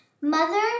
Mother